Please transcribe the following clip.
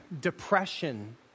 depression